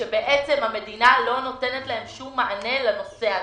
כאשר בעצם המדינה לא נותנת להם שום מענה לנושא הזה.